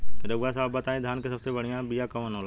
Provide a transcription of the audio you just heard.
रउआ आप सब बताई धान क सबसे बढ़ियां बिया कवन होला?